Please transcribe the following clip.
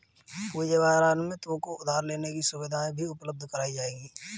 पूँजी बाजार में तुमको उधार लेने की सुविधाएं भी उपलब्ध कराई जाएंगी